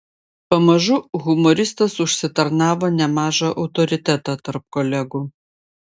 pamažu humoristas užsitarnavo nemažą autoritetą tarp kolegų